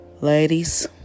Ladies